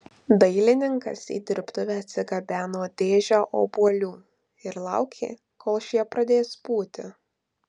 dailininkas į dirbtuvę atsigabeno dėžę obuolių ir laukė kol šie pradės pūti